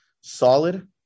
solid